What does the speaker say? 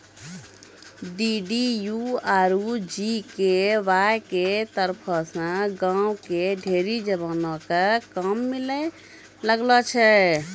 DDU आरु GKY के तरफो से गांव के ढेरी जवानो क काम मिलै लागलो छै